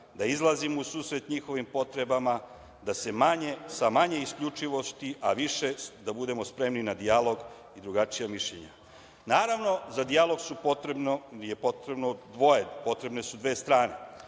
da izlazimo u susret njihovim potrebama, da se sa manje isključivosti, a više da budemo spremni na dijalog i drugačija mišljenja. Naravno, za dijalog nije potrebno dvoje, potrebne su dve strane.